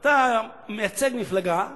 אתה מייצג מפלגה שדואגת,